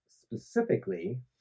specifically